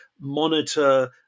monitor